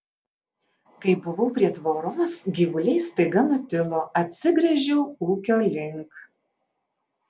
kai buvau prie tvoros gyvuliai staiga nutilo atsigręžiau ūkio link